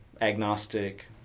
agnostic